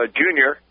junior